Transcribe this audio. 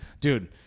dude